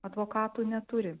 advokatų neturi